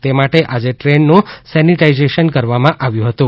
તે માટે આજે ટ્રેનનું સેનિટાઇઝેશન કરવામાં આવ્યું હતું